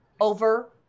over